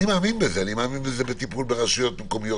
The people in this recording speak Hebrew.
אני מאמין בזה אני מאמין בזה בטיפול ברשויות מקומיות